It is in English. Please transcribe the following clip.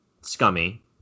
scummy